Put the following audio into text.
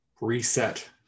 reset